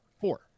Four